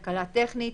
אני ממשיכה בקריאה: